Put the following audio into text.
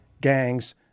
gangs